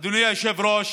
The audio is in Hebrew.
אדוני היושב-ראש,